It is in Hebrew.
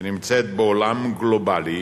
שנמצאת בעולם גלובלי,